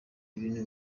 ibintu